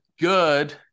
good